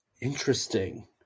Interesting